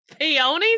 peonies